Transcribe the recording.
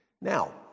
Now